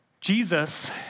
Jesus